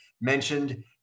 mentioned